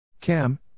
CAM